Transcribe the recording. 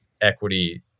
equity